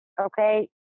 Okay